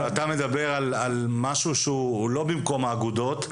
אתה מדבר על משהו שהוא לא במקום האגודות,